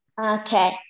Okay